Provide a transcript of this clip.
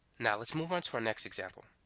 now let's move on to our next example.